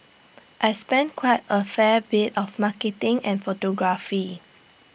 I spend quite A fair bit of marketing and photography